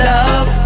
Love